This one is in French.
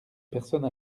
personne